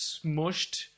smushed